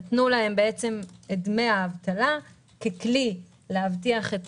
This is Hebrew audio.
נתנו להם את דמי האבטלה ככלי להבטיח את